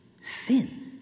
Sin